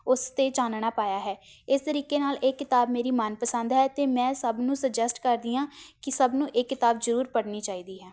ਉਸ 'ਤੇ ਚਾਨਣਾ ਪਾਇਆ ਹੈ ਇਸ ਤਰੀਕੇ ਨਾਲ ਇਹ ਕਿਤਾਬ ਮੇਰੀ ਮਨ ਪਸੰਦ ਹੈ ਅਤੇ ਮੈਂ ਸਭ ਨੂੰ ਸੁਜੈਸਟ ਕਰਦੀ ਹਾਂ ਕਿ ਸਭ ਨੂੰ ਇਹ ਕਿਤਾਬ ਜ਼ਰੂਰ ਪੜ੍ਹਨੀ ਚਾਹੀਦੀ ਹੈ